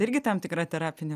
irgi tam tikra terapinė